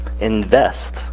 invest